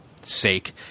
sake